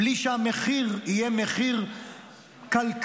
בלי שהמחיר יהיה מחיר כלכלי,